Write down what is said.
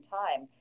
time